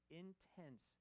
intense